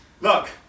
Look